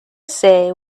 say